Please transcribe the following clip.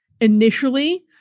initially